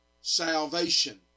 salvation